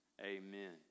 Amen